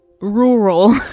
rural